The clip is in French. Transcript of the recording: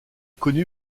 connu